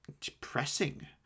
depressing